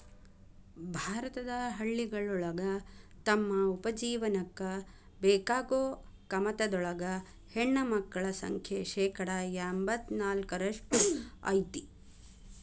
ಭಾರತದ ಹಳ್ಳಿಗಳೊಳಗ ತಮ್ಮ ಉಪಜೇವನಕ್ಕ ಬೇಕಾಗೋ ಕಮತದೊಳಗ ಹೆಣ್ಣಮಕ್ಕಳ ಸಂಖ್ಯೆ ಶೇಕಡಾ ಎಂಬತ್ ನಾಲ್ಕರಷ್ಟ್ ಐತಿ